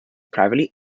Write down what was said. privately